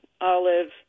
olive